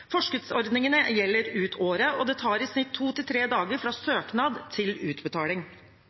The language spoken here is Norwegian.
gjelder ut året, og det tar i snitt to til tre dager fra søknad til utbetaling.